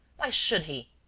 why should he?